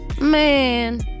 man